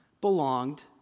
Belonged